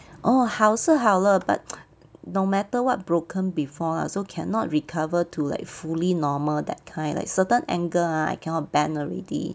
orh 好是好了 but no matter what broken before lah so cannot recover to like fully normal that kind like certain angle ah I cannot bend already